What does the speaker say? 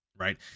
Right